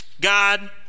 God